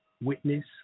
witness